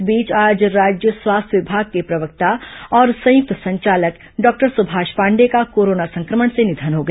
इस बीच आज राज्य स्वास्थ्य विभाग के प्रवक्ता और संयुक्त संचालक डॉक्टर सुभाष पांडेय का कोरोना संक्रमण से निधन हो गया